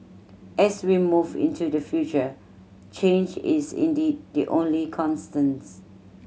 as we move into the future change is indeed the only constants